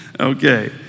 Okay